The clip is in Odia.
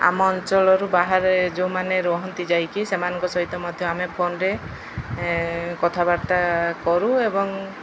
ଆମ ଅଞ୍ଚଳରୁ ବାହାରେ ଯେଉଁମାନେ ରହନ୍ତି ଯାଇକି ସେମାନଙ୍କ ସହିତ ମଧ୍ୟ ଆମେ ଫୋନରେ କଥାବାର୍ତ୍ତା କରୁ ଏବଂ